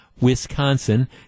Wisconsin